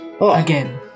again